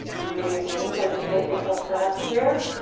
breathing deep as you get yourself set up here.